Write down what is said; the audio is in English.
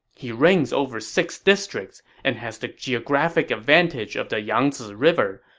he reigns over six districts and has the geographic advantage of the yangzi river,